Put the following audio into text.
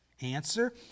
Answer